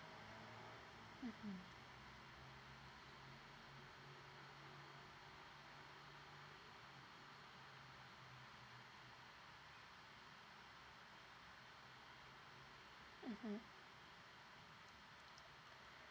mmhmm mmhmm